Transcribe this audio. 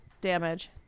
damage